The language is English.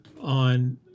on